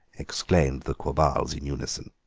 exclaimed the quabarls in unison.